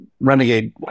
renegade